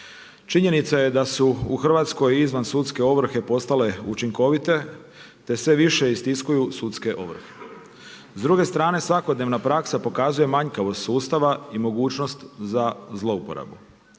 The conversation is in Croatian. Činjenica je da su u Hrvatskoj izvan sudske ovrhe postale učinkovite, te sve više istiskuju sudske ovrhe. S druge strane svakodnevna praksa pokazuje manjkavost sustava i mogućnost za zlouporabu.